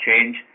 change